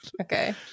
Okay